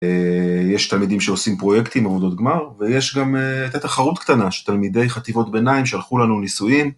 יש תלמידים שעושים פרויקטים, עבודות גמר, ויש גם... הייתה התחרות הקטנה שתלמידי חטיבות ביניים ששלחו לנו ניסויים.